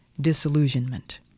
disillusionment